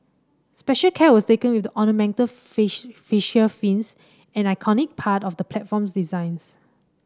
special care was taken with the ornamental fascia fins an iconic part of the platform's designs